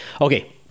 Okay